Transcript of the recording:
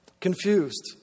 confused